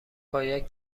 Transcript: باید